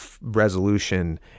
resolution